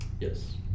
Yes